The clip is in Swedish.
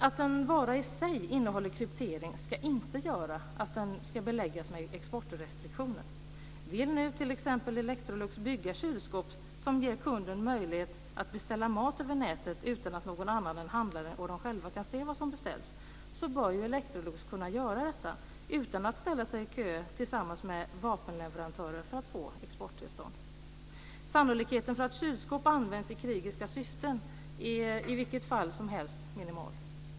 Att en vara i sig innehåller kryptering ska inte göra att den ska beläggas med exportrestriktioner. Vill nu t.ex. Electrolux bygga kylskåp som ger kunden möjlighet att beställa mat över nätet, utan att någon annan än handlaren och kunden själv kan se vad som beställts, så bör Electrolux kunna göra detta utan att ställa sig i kö tillsammans med vapenleverantörer för att få exporttillstånd. Sannolikheten för att kylskåp används för krigiska syften är i vilket fall som helst minimal.